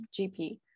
GP